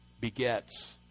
begets